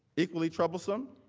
equally troublesome,